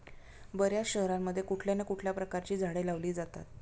बर्याच शहरांमध्ये कुठल्या ना कुठल्या प्रकारची झाडे लावली जातात